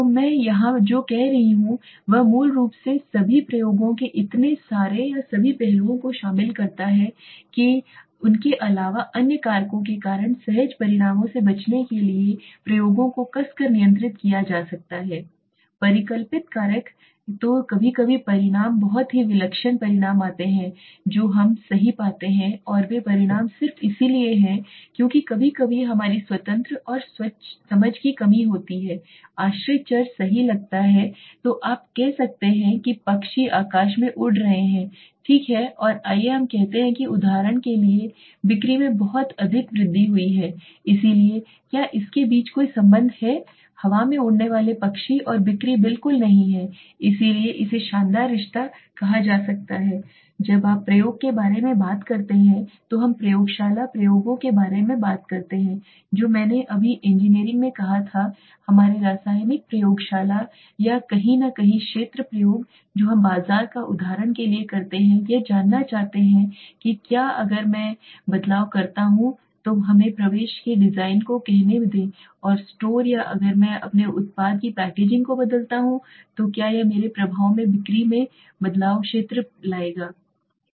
तो मैं यहां जो कह रहा हूं वह मूल रूप से सभी प्रयोगों के इतने सारे या सभी पहलुओं को शामिल करता है के अलावा अन्य कारकों के कारण सहज परिणामों से बचने के लिए प्रयोगों को कसकर नियंत्रित किया जा सकता है परिकल्पित कारक कारक तो कभी कभी परिणाम बहुत ही विलक्षण परिणाम आते हैं जो हम सही पाते हैं और वे परिणाम सिर्फ इसलिए हैं क्योंकि कभी कभी हमारी स्वतंत्र और समझ की कमी होती है आश्रित चर सही लगता है तो आप कल कहते हैं कि पक्षी आकाश में उड़ रहे हैं ठीक है और आइए हम कहते हैं कि उदाहरण के लिए बिक्री में बहुत अधिक वृद्धि हुई है इसलिए क्या इसके बीच कोई संबंध है हवा में उड़ने वाले पक्षी और बिक्री बिल्कुल नहीं इसलिए इसे शानदार रिश्ते कहा जाता है जब आप प्रयोग के बारे में बात करते हैं तो हम प्रयोगशाला प्रयोगों के बारे में बात करते हैं जो मैंने अभी इंजीनियरिंग में कहा था हमारे रासायनिक प्रयोगशाला या कहीं न कहीं क्षेत्र प्रयोग जो हम बाजार पर उदाहरण के लिए करते हैं यह जानना चाहता है कि क्या अगर मैं अगर मैं बदलाव करता हूं तो हमें प्रवेश के डिजाइन को कहने दें स्टोर या अगर मैं अपने उत्पाद की पैकेजिंग को बदलता हूं तो क्या यह मेरे प्रभाव में बिक्री में बदल जाएगा क्षेत्र प्रयोग